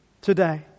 today